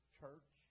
church